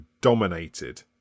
dominated